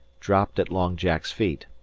dropped at long jack's feet.